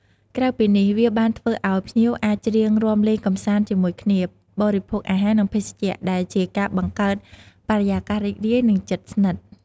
ក្រៅពីនេះវាបានធ្វើអោយ ភ្ញៀវអាចច្រៀងរាំលេងកម្សាន្តជាមួយគ្នា បរិភោគអាហារ និងភេសជ្ជៈ ដែលជាការបង្កើតបរិយាកាសរីករាយ និងជិតស្និទ្ធ។